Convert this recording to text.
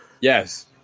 Yes